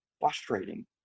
frustrating